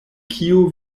kio